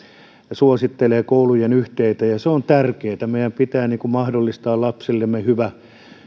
suosittelevat urheilupaikkarakentamista koulujen yhteyteen se on tärkeätä meidän pitää mahdollistaa lapsillemme hyvä